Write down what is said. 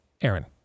Aaron